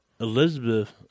Elizabeth